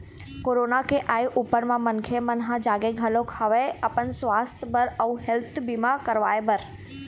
corona के आय ऊपर म मनखे मन ह जागे घलोक हवय अपन सुवास्थ बर अउ हेल्थ बीमा करवाय बर